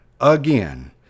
again